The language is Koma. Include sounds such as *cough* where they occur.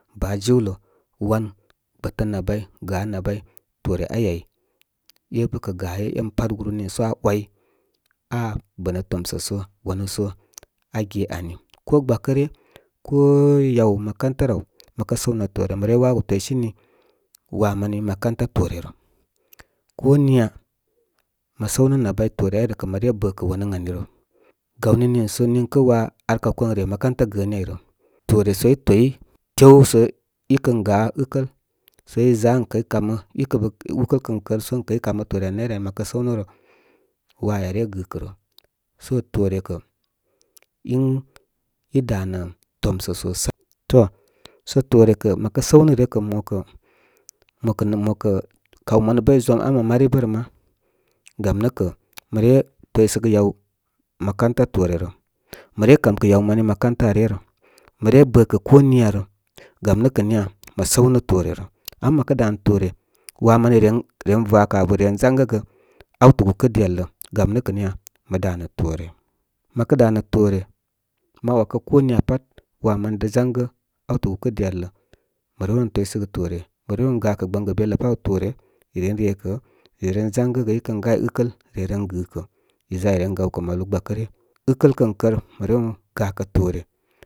Bafúlə wan gbətə nabay ga nabay toore āy áy, e’bə kə’ gaye e’n pat gúru nììsə aa way aa bənə tomsə sə aaanu sə aa ge aui ko gbakə̄ ryə ko yaw makanta rə àw, mə kə səw nə toore rə mə re wawo gə twisinì waa mani makarata toore rə. Ko niya mə səw nə’ nabay toore áy rə kə’ mə re bə’ wan ən aui rə. Gawní nì so niŋkə’ waa ar kaw kən re makarata gəəni áy rə toore sə í toy tew sə í kən ga’ ɨkəl sə í ʒa ən kəy kamə *unintelligible* ɨkəl kən kər sə ən key kamə toore ani nayrə aui mə kə səw ni rə, waa áy aa re gɨ́kərə. Sə toore kə í, í damə tom sə sosai. To, sə toore kə’ məkə səw nirə kə’ ma kə *hesitation* kaw manu bə i ʒom aa mə mari bə’ rə ma’. Gam nə’ kə’ mə re toysə yaw makauta toore rə. Mə re kam kə̀ yawmanu makauta ryə rə. Məre bə̀ kə̀ ko niya rə. Gam nə’ kə̀ niya mə səw nə’ toore nə. Ama mə kə dā nə̀ toore waa manī ren vakə abə ren jengə gə auotə gutə’ dī ar la’. Gam nə’ ka’ niya, mə dánə’ toore. Mə kə danə toore, ma wakə ko niya pat, waa manī da’ z’anga’ awta’ gúkə’ dī ar lə mə rew ren toysə gə toore, mə rew ren gakə gbəngə bela’ paw toore, ren rekə. Re re, gangə gə. Í kən gay ɨkəl re ren gɨ kə. Í ʒa í ren gawkə malu gba kə ryə. ɨkəl, kən kər, mə rew ren ga kə’ toore.